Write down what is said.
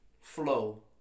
Flow